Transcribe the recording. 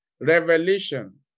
revelation